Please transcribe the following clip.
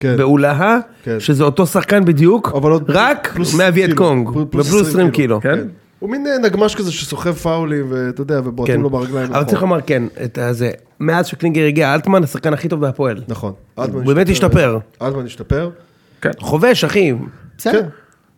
באולהה, שזה אותו שחקן בדיוק, רק מהווייט קונג, ופלוס 20 קילו, כן? הוא מין נגמש כזה שסוחב פאולים, ואתה יודע, ובועטים לו ברגליים. אבל צריך לומר, כן, זה מאז שקלינגר הגיע אלטמן, השחקן הכי טוב בהפועל. נכון, אלטמן השתפר. הוא באמת השתפר. אלטמן השתפר. חובש, אחי, בסדר.